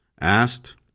asked